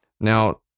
Now